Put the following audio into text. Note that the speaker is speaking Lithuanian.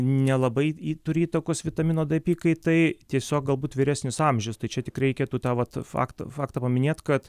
nelabai ji turi įtakos vitamino d apykaitai tiesiog galbūt vyresnis amžius tai čia tik reikėtų tą vat faktą faktą paminėt kad